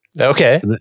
Okay